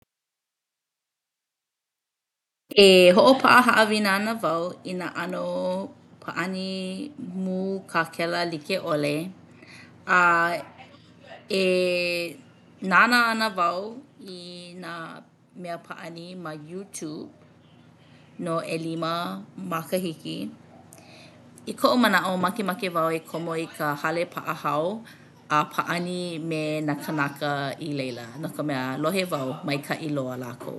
E hoʻopaʻa haʻawina ana wau i nā ʻano pāʻani mū kākela like ʻole. A e nānā ana wau i nā mea pāʻani ma Youtube no ʻelima makahiki. I koʻu manaʻo makemake wau e komo i ka hale paʻahao a pāʻani me nā kanaka i laila no ka mea lohe wau maikaʻi loa lākou.